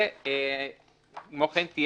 וכמו כן,